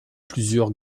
plusieurs